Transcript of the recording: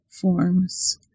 forms